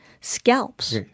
scalps